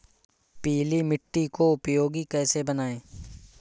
पीली मिट्टी को उपयोगी कैसे बनाएँ?